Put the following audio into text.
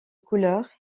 couleur